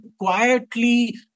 quietly